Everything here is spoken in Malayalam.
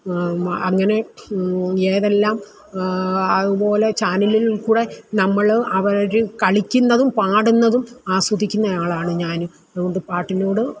അങ്ങനെ ഏതെല്ലാം അതുപോലെ ചാനലിൽക്കൂടെ നമ്മൾ അവർ കളിക്കുന്നതും പാടുന്നതും ആസ്വദിക്കുന്ന ആളാണ് ഞാനും അതുകൊണ്ട് പാട്ടിനോട്